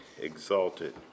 exalted